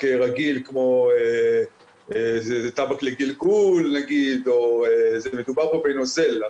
רגיל כמו טבק לגלגל אלא מדובר כאן בנוזל.